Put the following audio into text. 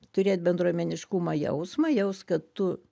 turėt bendruomeniškumo jausmą jaust kad tu